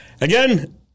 Again